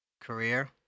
career